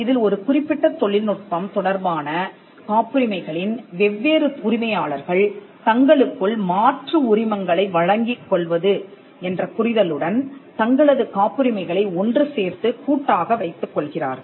இதில் ஒரு குறிப்பிட்ட தொழில்நுட்பம் தொடர்பான காப்புரிமைகளின் வெவ்வேறு உரிமையாளர்கள் தங்களுக்குள் மாற்று உரிமங்களை வழங்கிக் கொள்வது என்ற புரிதலுடன் தங்களது காப்புரிமைகளை ஒன்று சேர்த்து கூட்டாக வைத்துக்கொள்கிறார்கள்